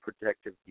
protective